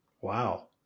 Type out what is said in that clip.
Wow